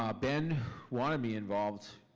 um ben wanted me involved,